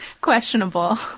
questionable